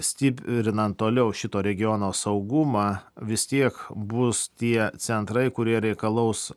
stiprinant toliau šito regiono saugumą vis tiek bus tie centrai kurie reikalaus